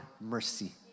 mercy